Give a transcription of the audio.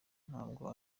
ntabwo